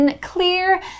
clear